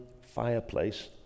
fireplace